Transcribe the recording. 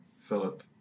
Philip